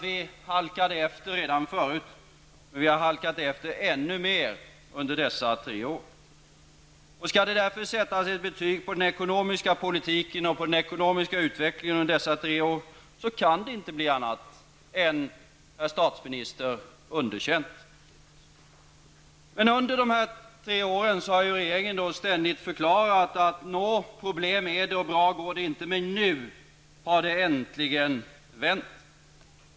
Vi halkade efter redan förut, men vi har halkat efter ännu mer under dessa tre år. Om det skall sättas ett betyg på den ekonomiska politiken och på den ekonomiska utvecklingen under dessa tre år, kan det inte bli annat än, herr statsminister, underkänt. Under dessa tre år har regeringen ständigt förklarat: Nå, det finns problem och det går inte bra, men nu har det äntligen vänt.